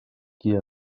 qui